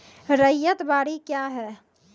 रैयत बाड़ी क्या हैं?